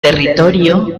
territorio